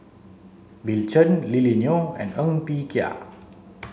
Bill Chen Lily Neo and Ng Bee Kia